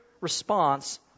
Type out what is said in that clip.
response